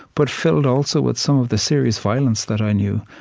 but filled, also, with some of the serious violence that i knew,